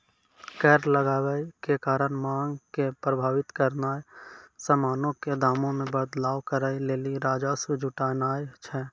कर लगाबै के कारण मांग के प्रभावित करनाय समानो के दामो मे बदलाव करै लेली राजस्व जुटानाय छै